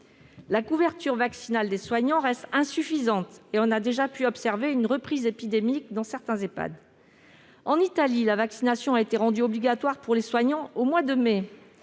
La couverture vaccinale des soignants reste insuffisante, et on a déjà pu observer une reprise épidémique dans certains Ehpad. En Italie, la vaccination a été rendue obligatoire pour les soignants au mois de mai